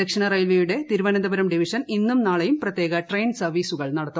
ദക്ഷിണ റെയിൽവേയുടെ തിരുവന്ന്ത്പുരം ഡിവിഷൻ ഇന്നും നാളെയും പ്രത്യേക ട്രെയിൻ സ്ഥർപ്പീസുകൾ നടത്തും